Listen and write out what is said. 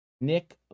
Nick